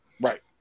Right